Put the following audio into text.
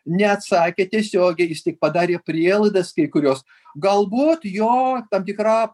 neatsakė tiesiogiai jis tik padarė prielaidas kai kurios galbūt jo tam tikra